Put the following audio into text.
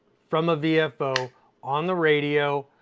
from a vfo on the radio.